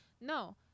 No